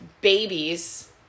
babies